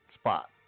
spot